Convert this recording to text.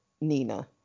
Nina